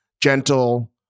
gentle